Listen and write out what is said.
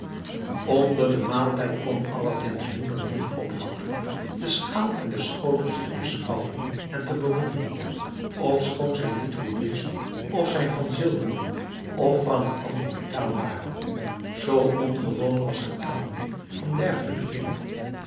onder den maaltijd kon aladdin's moeder niet ophouden de schaal en de schotels te beschouwen en te bewonderen ofschoon zij niet goed wist of zij van zilver of van een ander metaal waren zoo ongewoon was haar de aanblik van dergelijke dingen